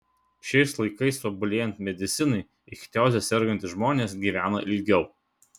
šiais laikais tobulėjant medicinai ichtioze sergantys žmonės gyvena ilgiau